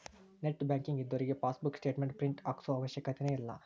net banking ಇದ್ದೋರಿಗೆ passbook statement print ಹಾಕ್ಸೋ ಅವಶ್ಯಕತೆನ ಇಲ್ಲಾ